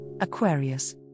Aquarius